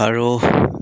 আৰু